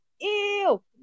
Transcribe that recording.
ew